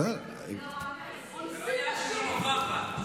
לא יכולה, לפי ועדת האתיקה.